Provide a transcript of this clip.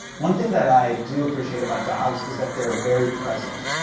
one thing that i do appreciate about dogs is that they're very present.